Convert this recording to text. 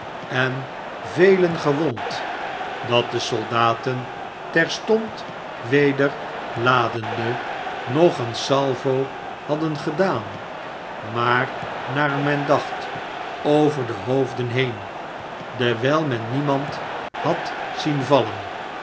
en velen gewond dat de soldaten terstond weder ladende nog een salvo hadden gedaan maar naar men dacht over de hoofden heen dewijl men niemand had zien vallen